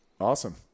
Awesome